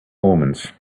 omens